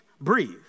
breathe